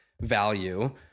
value